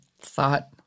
thought